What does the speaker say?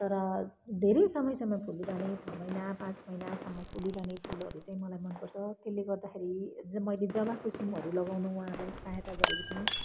तर धेरै समयसम्म फुलिरहने छ महिना पाँच महिनासम्म फुलिरहने फुलहरू चाहिँ मलाई मनपर्छ त्यसले गर्दाखेरि मैले जवाकुसुमहरू लगाउन उहाँहरूलाई सहयता गरेकी थिएँ